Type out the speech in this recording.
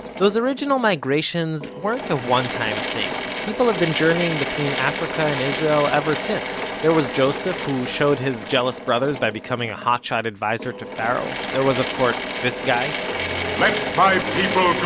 those original migrations weren't a one time thing. people have been journeying between africa and israel ever since. there was joseph, who showed his jealous brothers by becoming a hot shot advisor to pharaoh. there was, of course, this guy let my people